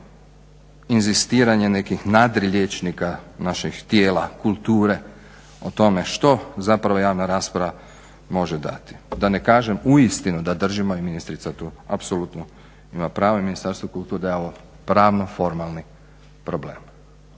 inzistiranje nekih nadriliječnika, naših tijela kulture o tome što zapravo javna rasprava može dati. Da ne kažem uistinu da držimo i ministrica tu apsolutno ima pravo i Ministarstvo kulture da je ovo pravno-formalni problem.